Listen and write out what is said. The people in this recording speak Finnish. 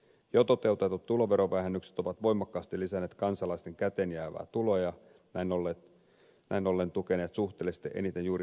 jo toteutetut tuloverovähennykset ovat voimakkaasti lisänneet kansalaisten käteenjäävää tuloa ja näin ollen tukeneet suhteellisesti eniten juuri pienituloisia